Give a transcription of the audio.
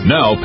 Now